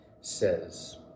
says